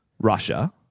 Russia